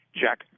Jack